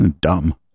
dumb